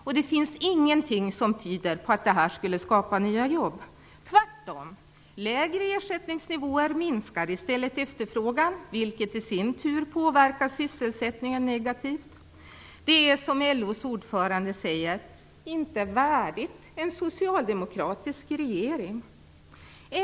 Och det finns ingenting som tyder på att det här skulle skapa nya jobb. Tvärtom - lägre ersättningsnivåer minskar efterfrågan, vilket i sin tur påverkar sysselsättningen negativt. Det är, som LO:s ordförande säger, inte värdigt en socialdemokratisk regering.